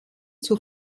zur